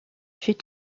fut